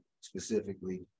specifically